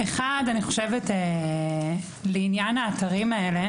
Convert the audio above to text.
אז אני מבקשת שלפחות גוף פרטי יבוא וייתן לנו את השירות הזה.